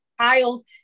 child